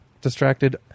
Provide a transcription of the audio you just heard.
distracted